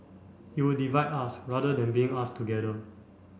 it would divide us rather than bring us together